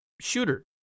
shooter